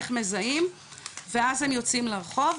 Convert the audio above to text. איך מזהים ואז הם יוצאים לרחוב.